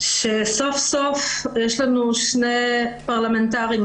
שסוף סוף יש לנו שני פרלמנטרים,